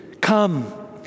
Come